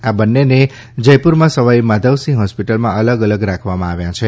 આ બંનેને જયપુરમાં સવાઈ માધવસિંહ હોસ્પિટલમાં અલગ અલગ રાખવામાં આવ્યા છે